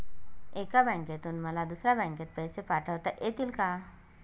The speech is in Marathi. एका बँकेतून मला दुसऱ्या बँकेत पैसे पाठवता येतील का?